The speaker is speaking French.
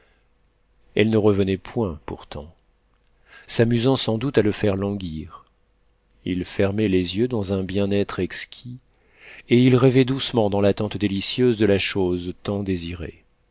elle ne revenait point pourtant s'amusant sans doute à le faire languir il fermait les yeux dans un bien-être exquis et il rêvait doucement dans l'attente délicieuse de la chose tant désirée